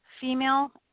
female